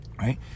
Right